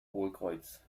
hohlkreuz